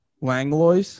Langlois